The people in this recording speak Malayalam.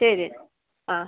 ശരി ആ